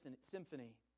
symphony